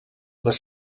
les